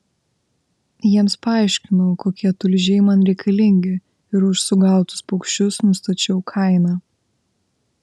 jiems paaiškinau kokie tulžiai man reikalingi ir už sugautus paukščius nustačiau kainą